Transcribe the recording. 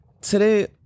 today